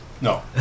No